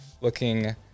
looking